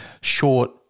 short